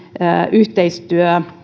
yhteistyö